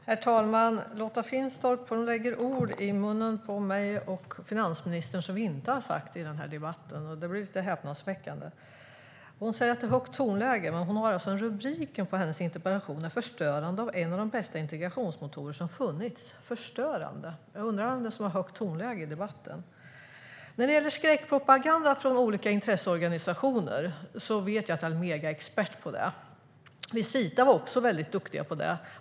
Herr talman! Lotta Finstorp lägger ord i munnen på mig och finansministern som vi inte har sagt i denna debatt. Det är häpnadsväckande. Lotta Finstorp säger att det är ett högt tonläge, men rubriken på hennes interpellation är: "Förstörande av en av de bästa integrationsmotorer som funnits". Förstörande - jag undrar vem det är som har ett högt tonläge i debatten. När det gäller skräckpropaganda från olika intresseorganisationer vet jag att Almega är expert på det. Visita är också väldigt duktiga.